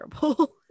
terrible